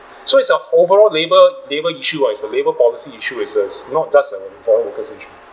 so it's a overall labour labour issue uh is a labour policy issue is uh is not just a foreign workers issue